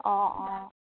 অঁ অঁ